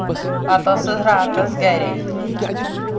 پتہٕ ٲسٕس راتَس گَرے